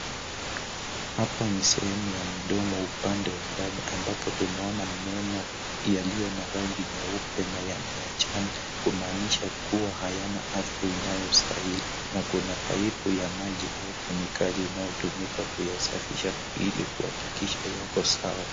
Hapa ni sehemu ya mdomo upande wa ndani ambapo tunao meno yaliyo na rangi nyeupe na yanaachana kumaanisha kuwa haya a afya inayo stahili na kuna paipu ya maji au kemikali inayo tumika kuyasafisha ili kuhakikisha yako sawa.